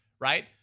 right